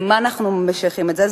למה אנחנו משייכים את זה?